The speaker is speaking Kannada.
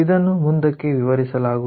ಇದನ್ನು ಮುಂದಕ್ಕೆ ವಿವರಿಸಲಾಗುವುದು